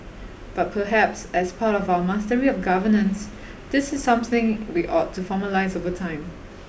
but perhaps as part of our mastery of governance this is something we ought to formalise over time